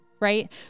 right